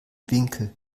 winkel